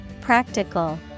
Practical